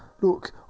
Look